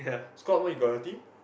squad mode you got a team